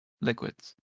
liquids